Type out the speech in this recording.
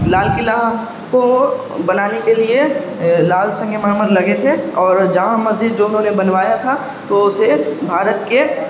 لال قلعہ کو بنانے کے لیے لال سنگ مرمر لگے تھے اور جامع مسجد جو انہوں نے بنوایا تھا تو اسے بھارت کے